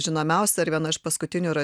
žinomiausia ir viena iš paskutinių yra